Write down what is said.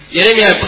Jeremiah